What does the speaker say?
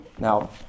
Now